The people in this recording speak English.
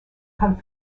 comes